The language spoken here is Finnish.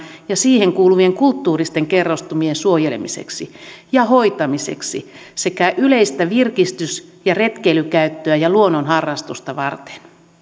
ja siihen kuuluvien kulttuuristen kerrostumien suojelemiseksi ja hoitamiseksi sekä yleistä virkistys ja retkeilykäyttöä ja luontoharrastusta varten